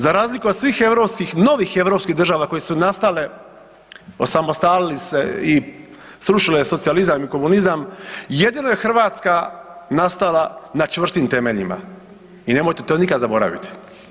Za razliku od svih europskih, novih europskih država koje su nastale, osamostalile se i srušile socijalizam i komunizam, jedino je Hrvatska nastala na čvrstim temeljima i nemojte to nikada zaboraviti.